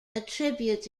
attributes